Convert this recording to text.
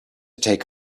take